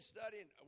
studying